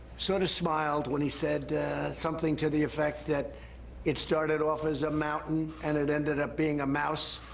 sort of smiled when he said something to the effect that it started off as a mountain and it ended up being a mouse.